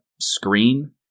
screen